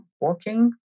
walking